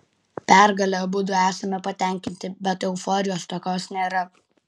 pergale abudu esame patenkinti bet euforijos tokios nėra